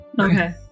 Okay